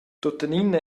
tuttenina